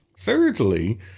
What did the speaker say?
Thirdly